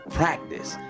practice